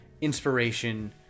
inspiration